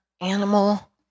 animal